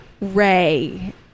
Ray